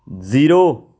zero